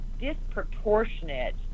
disproportionate